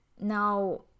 Now